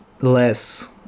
less